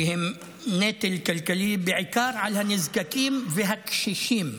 כי הם נטל כלכלי בעיקר על הנזקקים והקשישים.